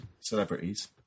celebrities